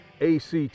ACT